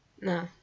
No